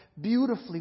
beautifully